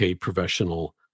professional